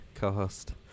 co-host